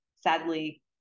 sadly